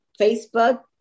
Facebook